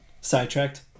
Sidetracked